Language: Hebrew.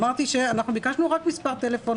אמרתי שאנחנו ביקשנו רק מספר טלפון,